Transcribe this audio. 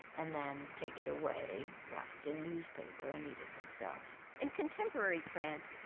and then take it away wrapped in newspaper and eat it themselves in contemporary france,